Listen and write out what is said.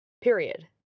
period